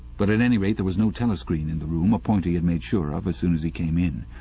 but at any rate there was no telescreen in the room, a point he had made sure of as soon as he came in.